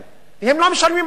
והם לא משלמים ארנונה.